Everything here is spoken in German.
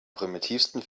primitivsten